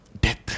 death